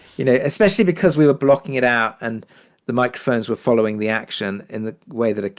you know, especially because we were blocking it out and the microphones were following the action in the way that,